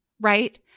right